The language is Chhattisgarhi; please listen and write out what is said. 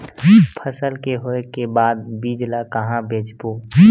फसल के होय के बाद बीज ला कहां बेचबो?